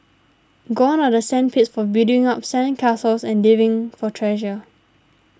gone are the sand pits for building up sand castles and digging for treasure